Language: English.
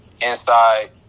inside